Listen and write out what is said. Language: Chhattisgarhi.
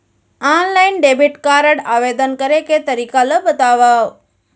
ऑनलाइन डेबिट कारड आवेदन करे के तरीका ल बतावव?